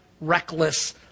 reckless